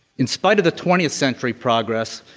in spite of the twentieth century progress,